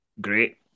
great